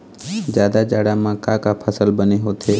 जादा जाड़ा म का का फसल बने होथे?